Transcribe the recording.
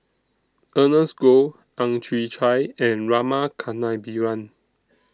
Ernest Goh Ang Chwee Chai and Rama Kannabiran